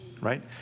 right